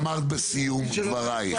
כי זה משאבי זמן שכנראה